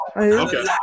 Okay